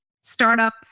startup